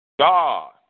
God